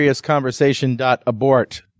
conversation.abort